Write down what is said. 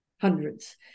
hundreds